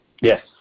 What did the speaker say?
Yes